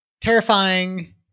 terrifying